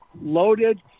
loaded